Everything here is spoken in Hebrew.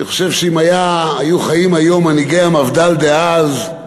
אני חושב שאם היו חיים היום מנהיגי המפד"ל דאז,